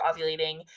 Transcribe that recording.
ovulating